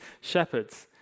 shepherds